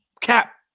cap